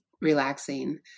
relaxing